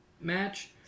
match